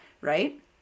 right